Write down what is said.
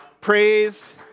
Praise